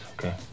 okay